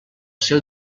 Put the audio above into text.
seu